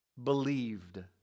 Believed